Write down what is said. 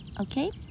Okay